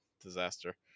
disaster